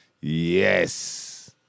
Yes